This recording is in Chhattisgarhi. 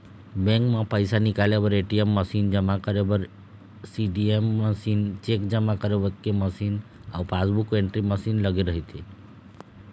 बेंक म पइसा निकाले बर ए.टी.एम मसीन, जमा करे बर सीडीएम मशीन, चेक जमा करे के मशीन अउ पासबूक एंटरी मशीन लगे मिलथे